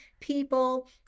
people